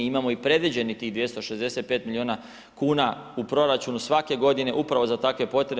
Imamo i predviđenih tih 265 milijuna kuna u proračunu svake godine upravo za takve potrebe.